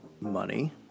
Money